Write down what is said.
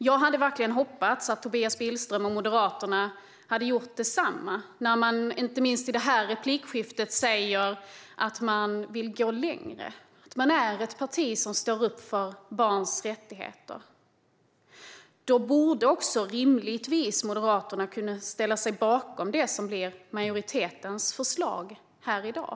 Jag hade verkligen hoppats att Tobias Billström och Moderaterna skulle göra detsamma, inte minst när man i det här replikskiftet säger att man vill gå längre och är ett parti som står upp för barns rättigheter. Då borde Moderaterna rimligtvis kunna ställa sig bakom det som blir majoritetens förslag här i dag.